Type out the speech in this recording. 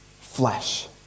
flesh